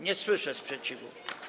Nie słyszę sprzeciwu.